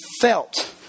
felt